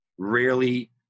Rarely